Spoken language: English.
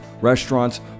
restaurants